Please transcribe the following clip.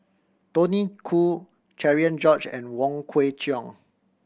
Tony Khoo Cherian George and Wong Kwei Cheong